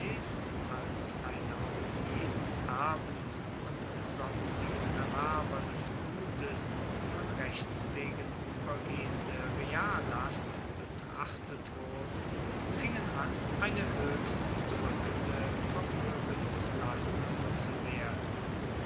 als eine auf jeden erben und sonstigen erwerber des gutes von rechts wegen uebergehende reallast betrachtet wurden fingen an eine hoechst drueckende vermoegenslast zu werden